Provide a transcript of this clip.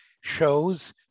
shows